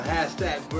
Hashtag